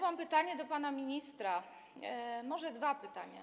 Mam pytanie do pana ministra, może dwa pytania.